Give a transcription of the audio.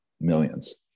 Millions